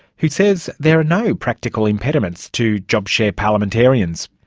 who says there are no practical impediments to job share parliamentarians.